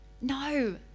No